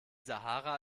sahara